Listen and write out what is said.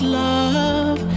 love